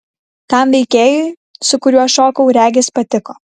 tam veikėjui su kuriuo šokau regis patiko